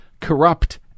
corrupt